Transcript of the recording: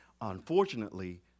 Unfortunately